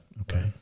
Okay